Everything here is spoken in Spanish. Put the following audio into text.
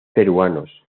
peruanos